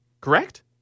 correct